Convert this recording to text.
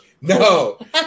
No